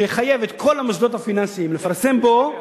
שיחייב את כל המוסדות הפיננסיים לפרסם בו,